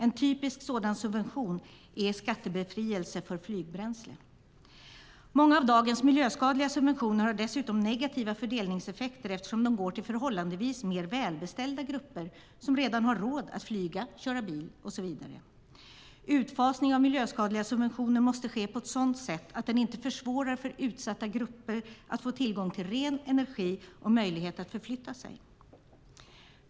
En typisk sådan subvention är skattebefrielse för flygbränsle. Många av dagens miljöskadliga subventioner har dessutom negativa fördelningseffekter eftersom de går till förhållandevis mer välbeställda grupper som redan har råd att flyga, köra bil och så vidare. Utfasningen av miljöskadliga subventioner måste ske på ett sådant sätt att den inte försvårar för utsatta grupper att få tillgång till ren energi och möjlighet att förflytta sig.